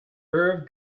irv